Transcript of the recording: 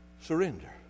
surrender